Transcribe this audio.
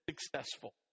successful